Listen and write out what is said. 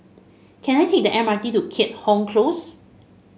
can I take the M R T to Keat Hong Close